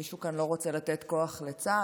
מישהו כאן לא רוצה לתת כוח לצה"ל?